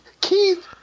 Keith